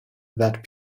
that